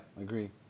agree